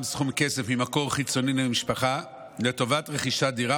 סכום כסף ממקור חיצוני למשפחה לטובת רכישת דירה,